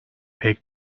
pek